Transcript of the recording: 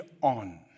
on